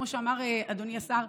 כמו שאמר אדוני השר,